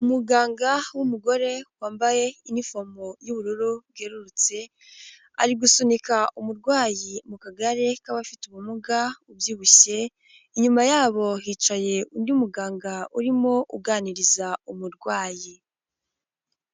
Umuganga w'umugore wambaye inifomo y'ubururu bwerurutse, ari gusunika umurwayi mu kagare k'abafite ubumuga ubyibushye, inyuma yabo hicaye undi muganga urimo uganiriza umurwayi.